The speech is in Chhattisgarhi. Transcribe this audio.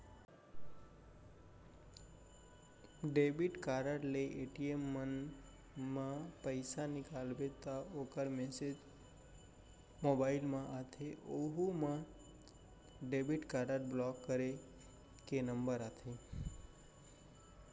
डेबिट कारड ले ए.टी.एम म पइसा निकालबे त ओकर मेसेज मोबाइल म आथे ओहू म डेबिट कारड ब्लाक करे के नंबर आथे